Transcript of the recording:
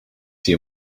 you